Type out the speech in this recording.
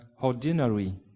ordinary